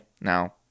now